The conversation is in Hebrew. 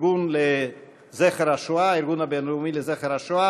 הארגון הבין-לאומי לזכר השואה,